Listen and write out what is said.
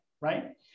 right